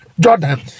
Jordan